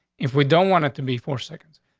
if we don't want it to be four seconds,